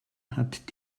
hat